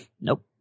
Nope